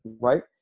right